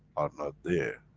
are not there,